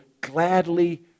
gladly